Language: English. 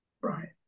Right